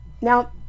Now